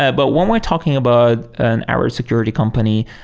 ah but when we're talking about and our security company,